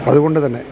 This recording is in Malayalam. അതുകൊണ്ട് തന്നെ